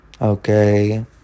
Okay